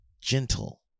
gentle